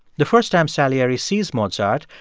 the first time salieri sees mozart,